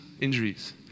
injuries